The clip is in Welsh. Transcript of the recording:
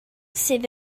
sydd